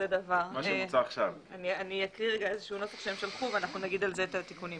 אני אקריא נוסח שהם שלחו ואנחנו נגיד על זה את התיקונים.